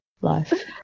life